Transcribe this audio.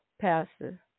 Pastor